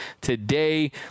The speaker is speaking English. today